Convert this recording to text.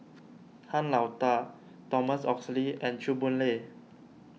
Han Lao Da Thomas Oxley and Chew Boon Lay